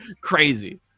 crazy